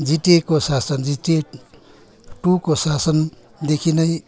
जिटिएको शासन जिटिए टुको शासनदेखि नै